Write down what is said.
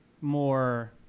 more